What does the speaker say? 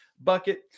bucket